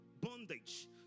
bondage